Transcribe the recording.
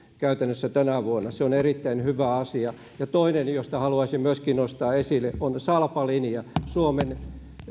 käytännössä tänä vuonna se on erittäin hyvä asia toinen jonka haluaisin nostaa esille on salpalinja suomen